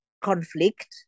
conflict